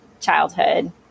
childhood